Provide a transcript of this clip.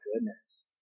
goodness